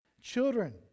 Children